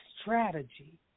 strategy